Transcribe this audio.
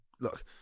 Look